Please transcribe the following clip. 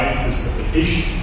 precipitation